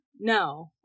No